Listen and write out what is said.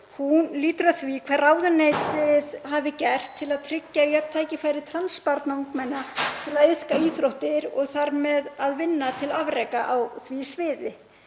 lýtur að því hvað ráðuneytið hafi gert til að tryggja jöfn tækifæri trans barna og ungmenna til að iðka íþróttir og þar með að vinna til afreka á því sviði.